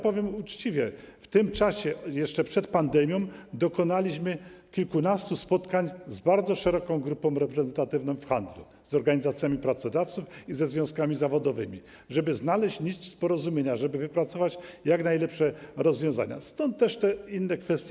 Powiem uczciwie: w tym czasie, jeszcze przed pandemią, odbyło się kilkanaście spotkań z bardzo szeroką grupą reprezentatywną w handlu, z organizacjami pracodawców i ze związkami zawodowymi, żeby znaleźć nić porozumienia, żeby wypracować jak najlepsze rozwiązania, stąd też wynikają te inne kwestie.